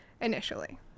initially